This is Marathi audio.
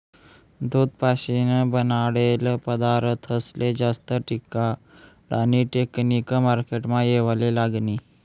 दूध पाशीन बनाडेल पदारथस्ले जास्त टिकाडानी टेकनिक मार्केटमा येवाले लागनी